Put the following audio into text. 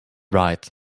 right